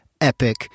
epic